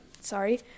sorry